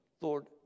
Lord